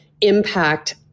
impact